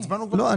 לא,